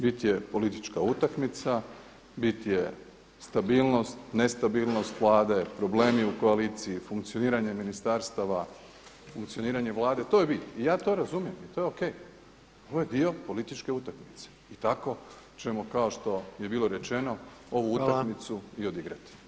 Bit je politička utakmica, bit je stabilnost, ne stabilnost Vlade, problemi u koaliciji, funkcioniranje ministarstava, funkcioniranje Vlade, to je bit i ja to razumijem i to je o.k. To je dio političke utakmice i tako ćemo kao što je bilo rečeno ovu utakmicu i odigrati,